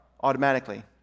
automatically